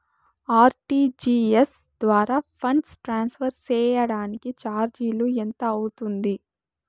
RTGS ద్వారా funds transfer సేయడానికి చార్జీలు ఎంత అవుతుంది